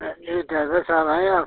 हाँ जी ड्राइवर साहब हैं आप